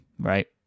right